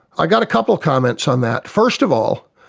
i've got a couple of comments on that. first of all,